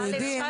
אפשר להבין?